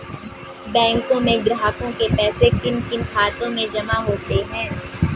बैंकों में ग्राहकों के पैसे किन किन खातों में जमा होते हैं?